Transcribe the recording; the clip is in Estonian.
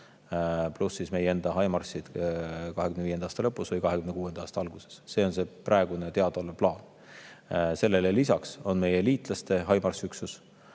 Pluss siis meie enda HIMARS-id 2025. aasta lõpus või 2026. aasta alguses. See on see praegune teada olev plaan. Sellele lisaks on meie liitlaste HIMARS-i üksus.